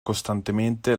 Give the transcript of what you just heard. costantemente